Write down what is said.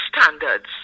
standards